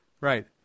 Right